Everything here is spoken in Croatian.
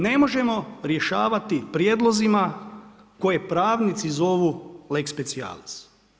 Ne možemo rješavati prijedlozima koje pravnici zovu lex spcijalac.